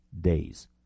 days